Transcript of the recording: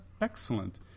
excellent